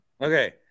Okay